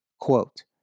quote